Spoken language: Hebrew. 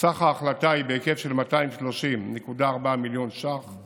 סך ההחלטה היא בהיקף של 230.4 מיליון שקלים